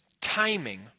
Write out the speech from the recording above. timing